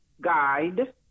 guide